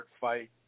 fight